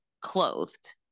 clothed